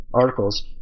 articles